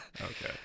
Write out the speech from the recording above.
Okay